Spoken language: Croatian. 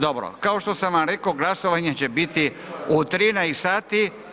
Dobro, kao što sam vam rekao glasovanje će biti u 13 sati.